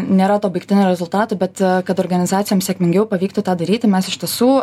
nėra to baigtinio rezultato bet kad organizacijoms sėkmingiau pavyktų tą daryti mes iš tiesų